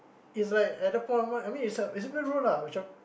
is like at the point of time I mean it's it's a bit rude lah